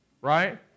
right